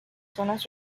zonas